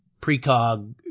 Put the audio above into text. precog